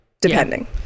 Depending